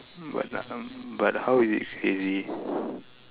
but um but how is it crazy